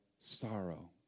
sorrow